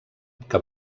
que